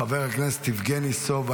חבר הכנסת יבגני סובה,